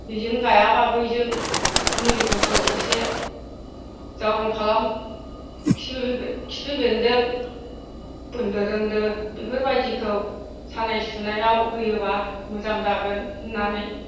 बेजों गायाबा बैजों मुलिफोरखौ एसे जारुन खालाम खिफि बेन्दों बोन्दो रोन्दो बेफोरबादिखौ सानाय सुनायाव होयोबा मोजां जागोन होन्नानै